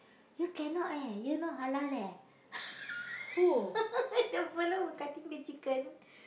here cannot eh here you not halal leh